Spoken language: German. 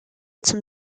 zum